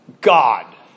God